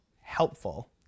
helpful